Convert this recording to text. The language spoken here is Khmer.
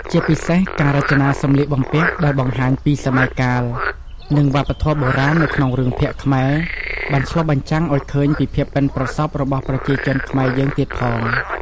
ជាពិសេសការរចនាសម្លៀកបំពាក់ដែលបង្ហាញពីសម័យកាល និងវប្បធម៌បុរាណនៅក្នុងរឿងភាគខ្មែរបានឆ្លុះបញ្ចាំងអោយឃើញពីភាពបុិនប្រសប់របស់ប្រជាជនខ្មែរយើងទៀតផង ។